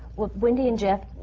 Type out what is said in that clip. well, wendy and jeff,